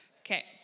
Okay